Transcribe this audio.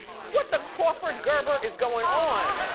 what the crawford-gerber is going on?